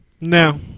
no